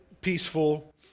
peaceful